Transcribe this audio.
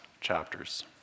chapters